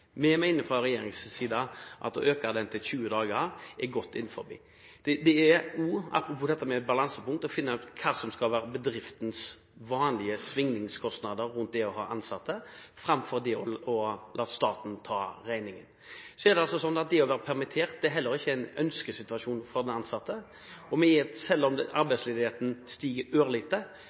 Fra regjeringens side mener vi at å øke den til 20 dager er godt innenfor. Apropos dette med balansepunkt mener vi også at en må finne ut hva som skal være bedriftens vanlig svingningskostnader knyttet til det å ha ansatte, framfor det å la staten ta regningen. Så er det også slik at det å være permittert heller ikke er noen ønskesituasjon for den ansatte. Og selv om arbeidsledigheten stiger ørlite